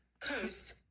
Coast